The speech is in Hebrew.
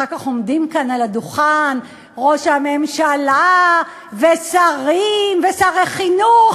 אחר כך עומדים כאן על הדוכן ראש הממשלה ושרים ושרי חינוך